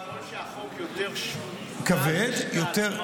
ככל שהחוק יותר כבד משקל,